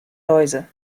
läuse